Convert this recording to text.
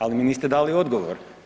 Ali mi niste dali odgovor.